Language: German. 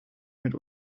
mit